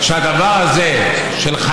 והדבר הזה הוא בשורה